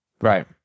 Right